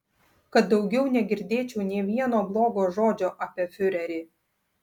kad daugiau negirdėčiau nė vieno blogo žodžio apie fiurerį